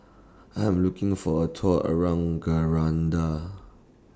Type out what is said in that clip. I Am looking For A Tour around Grenada